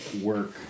work